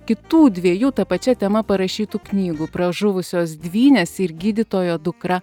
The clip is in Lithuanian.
kitų dviejų ta pačia tema parašytų knygų pražuvusios dvynės ir gydytojo dukra